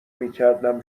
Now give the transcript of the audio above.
میکردم